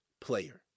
player